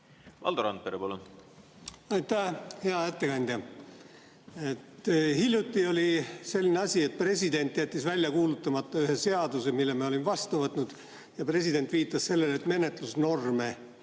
koos riigieelarvega? Aitäh! Hea ettekandja! Hiljuti oli selline asi, et president jättis välja kuulutamata ühe seaduse, mille me olime vastu võtnud, ja president viitas sellele, et menetlusnorme